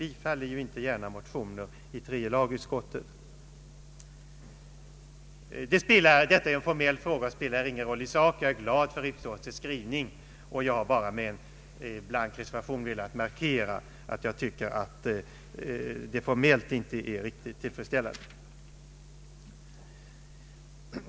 I tredje lagutskottet biträder man ju inte gärna motioner. Detta är en formell fråga, och det spelar ingen roll i sak. Jag är glad för utskottets skrivning, och jag har bara med en blank reservation velat markera att jag tycker att den formellt inte är riktigt tillfredsställande.